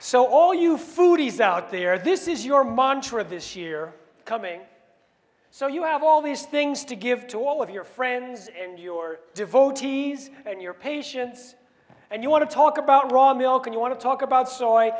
so all you foodies out there this is your montra this year coming so you have all these things to give to all of your friends and your devoted and your patients and you want to talk about raw milk and you want to talk about so